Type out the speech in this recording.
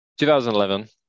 2011